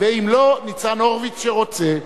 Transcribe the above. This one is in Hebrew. ואם לא, ניצן הורוביץ, שרוצה.